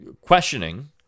questioning